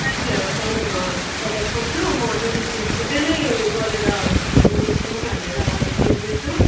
साथीहरूसँग एकपल्ट सोध्छु म त्यहाँदेखि छिट्टो नै गरेर घुम्नु जाउँ भनेर सोच्दैछु